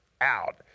out